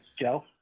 Joe